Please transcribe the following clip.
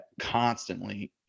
Constantly